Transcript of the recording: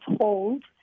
told